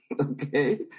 okay